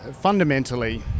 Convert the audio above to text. fundamentally